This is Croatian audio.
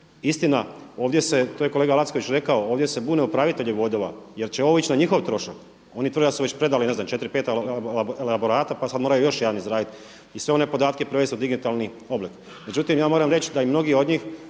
istina ovdje se, to je kolega Lacković rekao, ovdje se bune upravitelji vodova jer će ovo ići na njihov trošak. Oni tvrde da su već predali ne znam četiri, pet elaborata pa sad moraju još jedan izraditi i sve one podatke prevesti u digitalni oblik. Međutim, ja moram reći da i mnogi od njih